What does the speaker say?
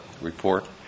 report